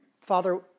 Father